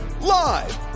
Live